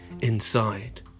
inside